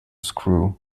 screw